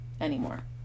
anymore